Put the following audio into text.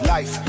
Life